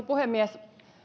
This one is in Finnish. puhemies